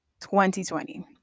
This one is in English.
2020